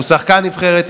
הוא שחקן נבחרת ישראל,